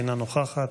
אינה נוכחת,